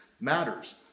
matters